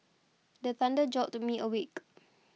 the thunder jolt me awake